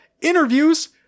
interviews